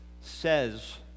Says